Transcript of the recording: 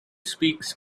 speaks